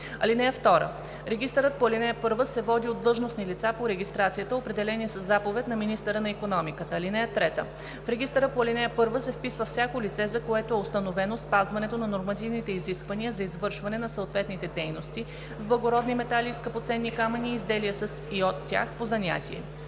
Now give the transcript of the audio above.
(2) Регистърът по ал. 1 се води от длъжностни лица по регистрацията, определени със заповед на министъра на икономиката. (3) В регистъра по ал. 1 се вписва всяко лице, за което е установено спазването на нормативните изисквания за извършване на съответните дейности с благородни метали и скъпоценни камъни и изделия със и от тях по занятие.